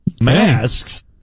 Masks